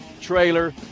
trailer